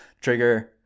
trigger